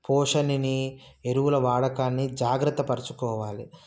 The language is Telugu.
పోషణని ఎరువుల వాడకాన్ని జాగ్రత్త పరుచుకోవాలి